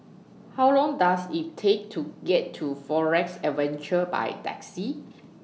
How Long Does IT Take to get to Forest Adventure By Taxi